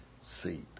seat